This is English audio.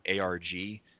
arg